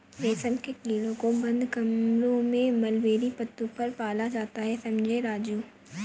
रेशम के कीड़ों को बंद कमरों में मलबेरी पत्तों पर पाला जाता है समझे राजू